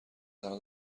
تنها